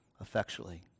effectually